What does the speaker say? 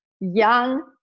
Young